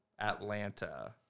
Atlanta